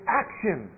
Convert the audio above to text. action